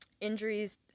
injuries